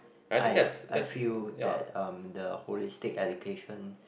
I I feel that um the holistic education